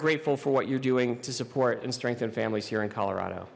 grateful for what you're doing to support and strengthen families here in colorado